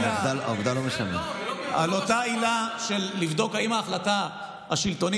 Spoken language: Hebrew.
אני מבטיח לך שנתייחס למיעוט החילוני